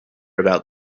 about